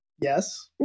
Yes